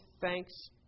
thanks